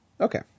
Okay